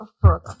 further